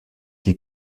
die